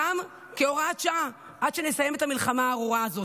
גם כהוראת שעה, עד שנסיים את המלחמה הארורה הזאת.